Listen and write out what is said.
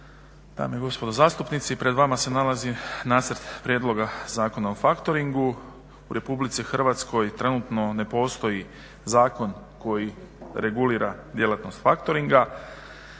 dame i gospodo zastupnici. Pred vama se nalazi nacrt Prijedloga Zakona o factoringu RH trenutno ne postoji Zakon koji regulira djelatnost factoringa,